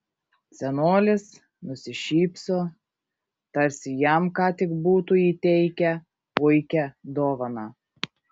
senolis nusišypso tarsi jam ką tik būtų įteikę puikią dovaną